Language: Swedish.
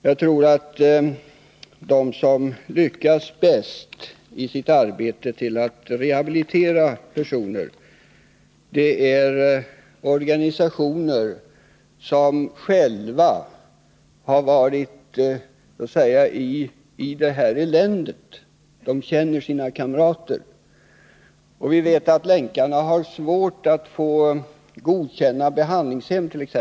Jag tror att de som lyckas bäst i sitt arbete för att rehabilitera personer är organisationer med medlemmar som själva har varit i det här eländet och som känner sina kamrater. Vi vet att Länkarna t.ex. har svårt att få godkända behandlingshem.